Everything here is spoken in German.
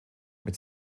mit